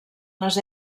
les